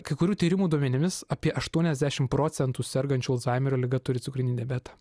kai kurių tyrimų duomenimis apie aštuoniasdešimt procentų sergančių alzhaimerio liga turi cukrinį diabetą